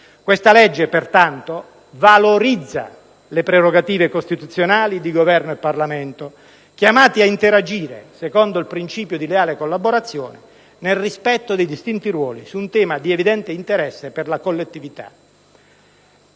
Questa legge, pertanto, valorizza le prerogative costituzionali di Governo e Parlamento, chiamati a interagire, secondo il principio di leale collaborazione, nel rispetto dei distinti ruoli, su un tema di evidente interesse per la collettività.